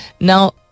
now